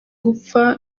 gupfa